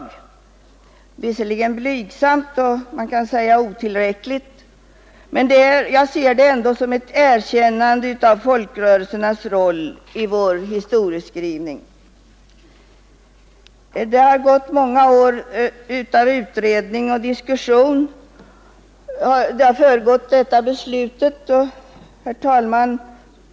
Det är visserligen blygsamt och man kan säga att det är otillräckligt, men jag ser det ändå som ett erkännande av folkrörelsernas roll i vår historia. Många år av utredning och diskussion har föregått detta förslag.